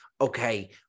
okay